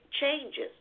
changes